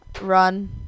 Run